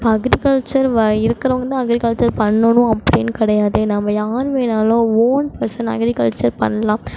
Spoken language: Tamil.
அக்ரிகல்ச்சர் இருக்கிறவுங்க வந்து அக்ரிகல்ச்சர் பண்ணணும் அப்படின்னு கிடையாது நம்ம யார் வேணாலும் வோன் பெர்சன் அக்ரிகல்ச்சர் பண்ணலாம்